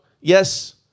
yes